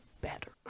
better